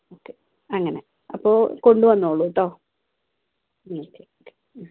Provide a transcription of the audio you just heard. okay അങ്ങനെ അപ്പോൾ കൊണ്ടുവന്നോളു കേട്ടോ വിളിക്കാം ഓക്കെ ആ